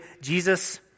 Jesus